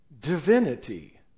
divinity